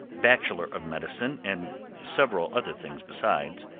bachelor of medicine and several other things besides,